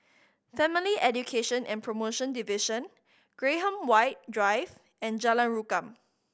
Family Education and Promotion Division Graham White Drive and Jalan Rukam